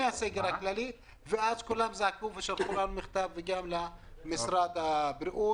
הסגר הכללי ואז כולם זעקו ושלחו לנו מכתבים וגם למשרד הבריאות